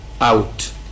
out